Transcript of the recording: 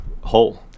hole